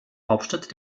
hauptstadt